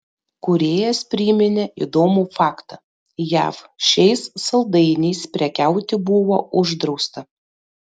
kūrėjas priminė įdomų faktą jav šiais saldainiais prekiauti buvo uždrausta